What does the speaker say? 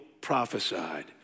prophesied